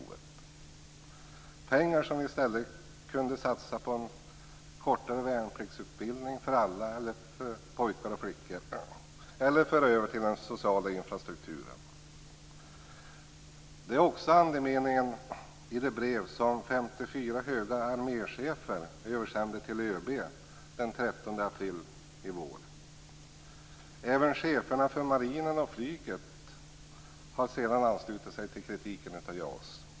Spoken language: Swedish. Det är pengar som vi i stället kunde satsa på en kortare värnpliktsutbildning för pojkar och flickor eller föra över till den sociala infrastrukturen. Detta är också andemeningen i det brev som 54 höga arméchefer översände till ÖB den 13 april i vår. Även cheferna för marinen och flyget har sedan anslutit sig till kritiken av JAS.